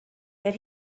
that